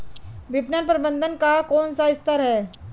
विपणन प्रबंधन का कौन सा स्तर है?